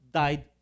died